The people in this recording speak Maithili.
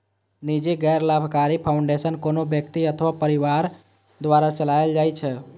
निजी गैर लाभकारी फाउंडेशन कोनो व्यक्ति अथवा परिवार द्वारा चलाएल जाइ छै